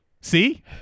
see